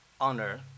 honor